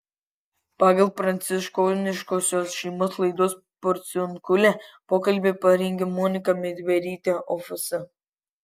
pagal pranciškoniškosios šeimos laidos porciunkulė pokalbį parengė monika midverytė ofs